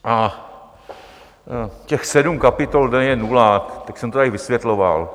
A těch sedm kapitol, kde je nula, tak jsem to tady vysvětloval.